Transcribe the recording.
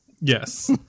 yes